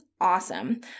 Awesome